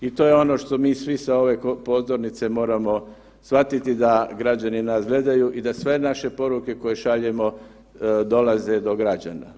I to je ono što mi svi sa ove govornice moramo shvatiti da građani nas gledaju i da sve naše poruke koje šaljemo dolaze do građana.